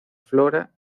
flora